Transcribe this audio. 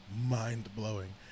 mind-blowing